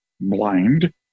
blind